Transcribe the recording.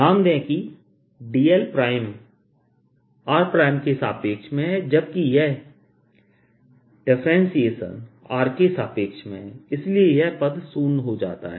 ध्यान दें कि dl r के सापेक्ष में है जबकि यह डिफरेंटशिएशन r के सापेक्ष में है इसलिए यह पद शून्य हो जाता है